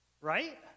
right